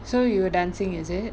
so you were dancing is it